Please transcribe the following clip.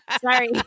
Sorry